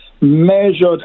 measured